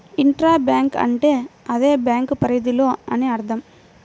intra bank అంటే అదే bank పరిధిలో అని అర్థం